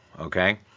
Okay